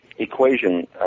equation